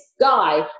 guy